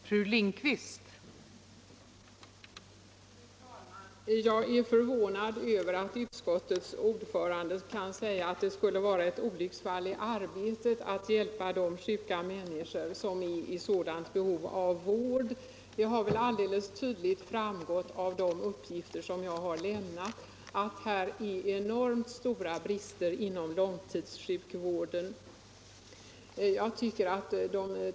Fru talman! Jag är förvånad över att utskottets ordförande kan säga att det skulle vara ett olycksfall i arbetet att hjälpa de sjuka människor som är i stort behov av vård. Det har väl alldeles tydligt framgått av de uppgifter som jag har lämnat att det finns enormt stora brister inom långtidssjukvården.